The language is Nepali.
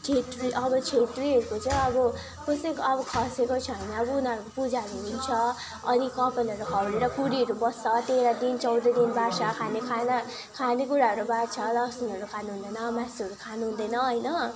छेत्री अब छेत्रीहरूको चाहिँ अब कसैको अब खसेको छ भने अब उनीहरूको अब पूजाहरू हुन्छ अनि कपालहरू खौरेर कोराहरू बस्छ तेह्र दिन चौध दिन बार्छ खाने खाना खानेकुराहरू बार्छ लसुनहरू खानुहुँदैन मासुहरू खानुहुँदैन होइन